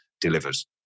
delivers